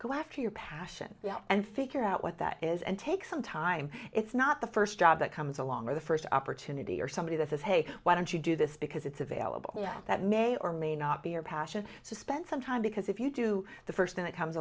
go after your passion and figure out what that is and take some time it's not the first job that comes along or the first opportunity or somebody that says hey why don't you do this because it's available that may or may not be your passion to spend some time because if you do the first thing that comes